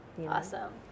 Awesome